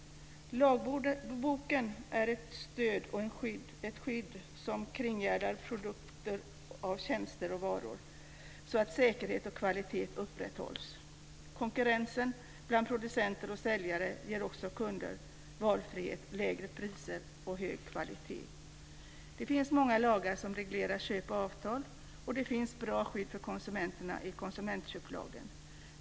Lagboken är ett stöd och ett skydd som kringgärdar produkter, tjänster och varor, så att säkerhet och kvalitet upprätthålls. Konkurrensen bland producenter och säljare ger också kunder valfrihet, lägre priser och hög kvalitet. Det finns många lagar som reglerar köp och avtal, och det finns bra skydd för konsumenterna i konsumentköplagen.